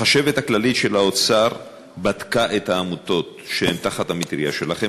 החשבת הכללית של האוצר בדקה את העמותות שהם תחת המטרייה שלכם,